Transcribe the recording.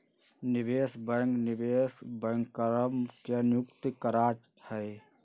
निवेश बैंक निवेश बैंकरवन के नियुक्त करा हई